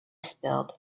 spilled